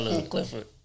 Clifford